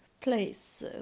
place